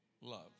love